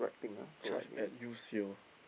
charge at you [sio]